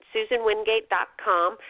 susanwingate.com